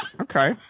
Okay